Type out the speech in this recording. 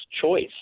choice